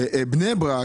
בני ברק